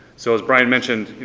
so as brian mentioned,